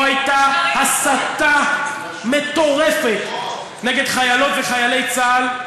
פה הייתה הסתה מטורפת נגד חיילות וחיילי צה"ל.